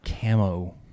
camo